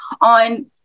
on